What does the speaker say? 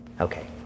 Okay